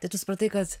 tai tu supratai kad